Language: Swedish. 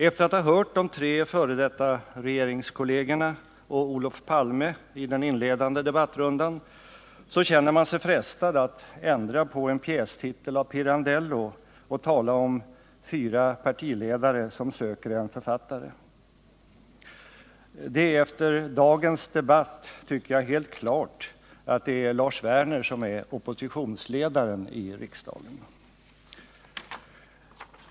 Efter att ha hört de tre f.d. regeringskollegerna och Olof Palme i den inledande debattrundan känner man sig frestad att ändra på en pjästitel av Pirandello och tala om ”fyra partiledare som söker en författare”. Det är efter dagens debatt, tycker jag, helt klart att det är Lars Werner som är oppositionsledaren i riksdagen.